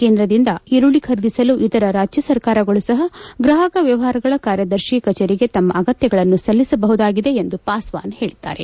ಕೇಂದ್ರದಿಂದ ಈರುಳ್ಳಿ ಖರೀದಿಸಲು ಇತರ ರಾಜ್ಯ ಸರ್ಕಾರಗಳು ಸಹ ಗ್ರಾಹಕ ವ್ಯವಹಾರಗಳ ಕಾರ್ಯದರ್ಶಿ ಕಚೇರಿಗೆ ತಮ್ಮ ಅಗತ್ಯಗಳನ್ನು ಸಲ್ಲಿಸಬಹುದಾಗಿದೆ ಎಂದು ಪಾಸ್ವಾನ್ ಹೇಳಿದ್ದಾರೆ